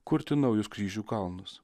kurti naujus kryžių kalnus